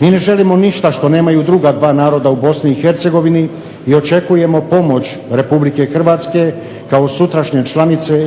Mi ne želimo ništa što nemaju druga dva naroda u Bosni i Hercegovini i očekujemo pomoć Republike Hrvatske kao sutrašnje članice